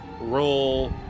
roll